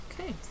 Okay